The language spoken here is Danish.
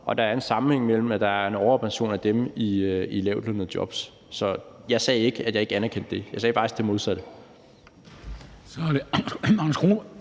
at der er den sammenhæng, at der er en overrepræsentation af dem i lavtlønnede jobs. Så jeg sagde ikke, at jeg ikke anerkendte det; jeg sagde faktisk det modsatte.